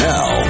Now